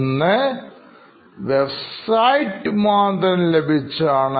1 website മുഖാന്തരം ലഭിച്ചതാണ്